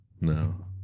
No